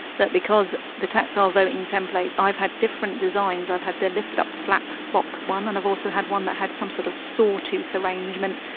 that because the tactile voting templates i've had different designs, i've had their lift up flap box one and i've also had one that had some sort of saw tooth arrangement.